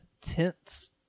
tense